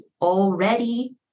already